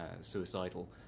suicidal